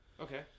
Okay